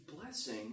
blessing